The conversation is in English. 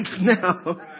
now